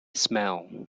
smell